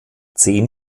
zehn